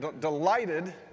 delighted